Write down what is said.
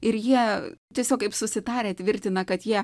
ir jie tiesiog kaip susitarę tvirtina kad jie